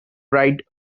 ride